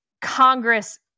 Congress